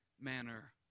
manner